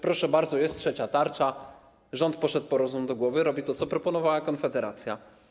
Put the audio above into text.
Proszę bardzo, jest trzecia tarcza, rząd poszedł po rozum do głowy, robi to, co proponowała Konfederacja.